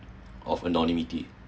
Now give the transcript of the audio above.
of anonymity